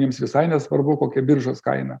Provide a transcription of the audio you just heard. jiems visai nesvarbu kokia biržos kaina